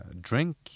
drink